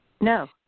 No